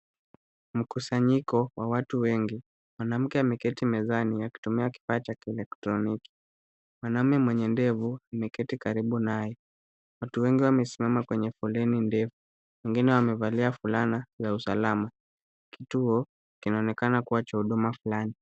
Mkusanyiko wa watu wengi. Mwanamke ameketi mezani akitumia kifaa cha kielectroniki. Mwanaume mwenye ndevu ameketi karibu naye. Watu wengi wamesimama kwenye foleni ndefu, wengine wamevalia fulana za usalama. Kituo kinaonekana kuwa cha huduma fulani.